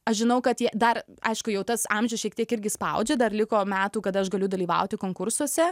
aš žinau kad ji dar aišku jau tas amžius šiek tiek irgi spaudžia dar liko metų kada aš galiu dalyvauti konkursuose